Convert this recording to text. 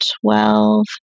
twelve